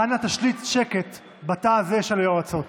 אנא תשליט שקט בתא הזה של היועצות.